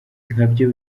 nkabyo